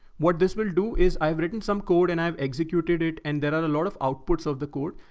what this will do is, i've written some code and i've executed it, and there are a lot of outputs of the code.